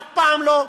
אף פעם לא.